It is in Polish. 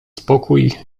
spokój